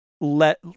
let